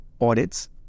audits